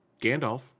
Gandalf